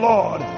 Lord